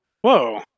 Whoa